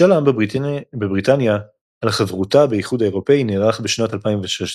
משאל העם בבריטניה על חברותה באיחוד האירופי נערך בשנת 2016,